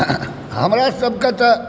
हमरासभकेँ तऽ